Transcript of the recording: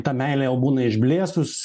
ta meilė jau būna išblėsus